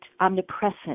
omnipresent